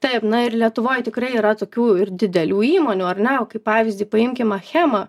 taip na ir lietuvoj tikrai yra tokių ir didelių įmonių ar ne o kaip pavyzdį paimkim achemą